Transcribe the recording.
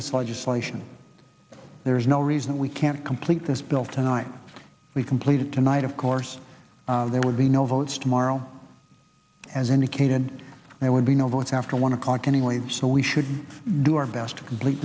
this legislation there is no reason we can't complete this bill tonight we completed tonight of course there would be no votes tomorrow as indicated there would be no votes after one o'clock anyway so we should do our best to complete